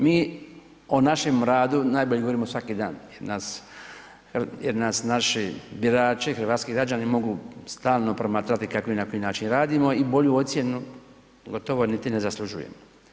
Mi o našemu radu najbolje govorimo svaki dan jer nas naši birači, hrvatski građani mogu stalno promatrati kako i na koji način radimo i bolju ocjenu pogotovo niti ne zaslužujemo.